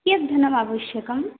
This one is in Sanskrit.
कियद् धनम् आवश्यकम्